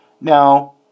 Now